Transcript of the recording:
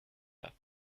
pas